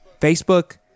Facebook